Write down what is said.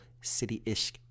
city-ish